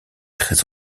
très